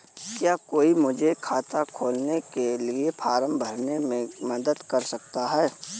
क्या कोई मुझे खाता खोलने के लिए फॉर्म भरने में मदद कर सकता है?